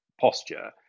posture